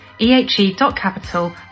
ehe.capital